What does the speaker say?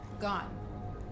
gone